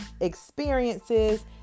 experiences